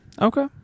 Okay